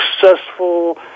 successful